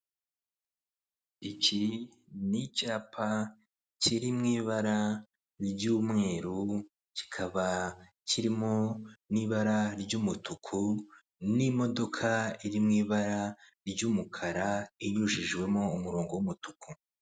Iki ni icyapa kiri mu ibara ry'umweru kikaba kirimo n'ibara ry'umutuku, n'imodoka iri mu ibara ry'umukara inyujijwemo umurongo w'umutuku.